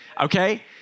Okay